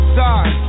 sorry